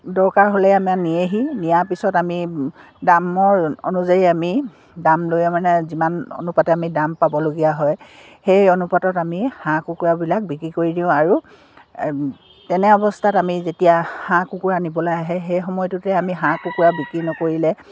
দৰকাৰ হ'লে আমাৰ নিয়েহি নিয়াৰ পিছত আমি দামৰ অনুযায়ী আমি দাম লৈ মানে যিমান অনুপাতে আমি দাম পাবলগীয়া হয় সেই অনুপাতত আমি হাঁহ কুকুৰাবিলাক বিক্ৰী কৰি দিওঁ আৰু তেনে অৱস্থাত আমি যেতিয়া হাঁহ কুকুৰা নিবলৈ আহে সেই সময়টোতে আমি হাঁহ কুকুৰা বিক্ৰী নকৰিলে